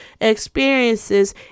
experiences